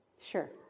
Sure